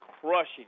crushing